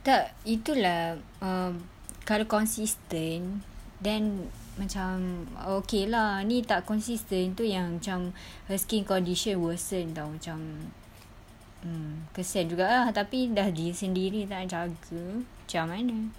tak itu lah um kalau consistent then macam okay lah ni tak consistent tu yang macam her skin condition worsen [tau] macam mm kesian juga ah tapi dah dia sendiri tak jaga macam mana